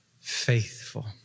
faithful